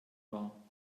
war